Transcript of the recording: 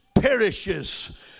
perishes